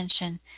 attention